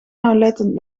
nauwlettend